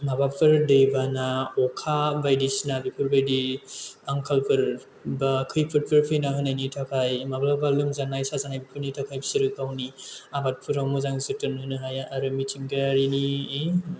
माबाफोर दै बाना अखा बायदिसिना बेफोरबायदि आंखालफोर एबा खैफोदफोर फैना होनायनि थाखाय माब्लाबा लोमजानाय साजायनायफोरनि थाखाय बिसोरो गावनि आबादफोराव मोजां जोथोन होनो हाया आरो मिथिंगायारिनि